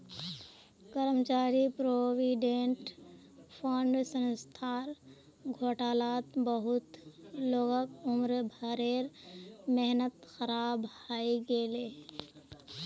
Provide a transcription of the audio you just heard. कर्मचारी provident fund संस्थार घोटालात बहुत लोगक उम्र भरेर मेहनत ख़राब हइ गेले